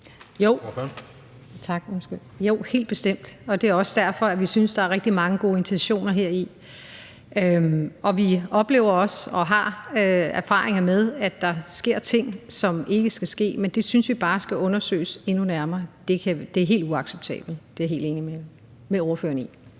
Jo, helt bestemt, og det er også derfor, vi synes, der er rigtig mange gode intentioner heri. Og vi oplever også og har erfaringer med, at der sker ting, som ikke skal ske. Men det synes vi bare skal undersøges endnu nærmere. Det er helt uacceptabelt; det er jeg helt enig med spørgeren i.